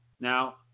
now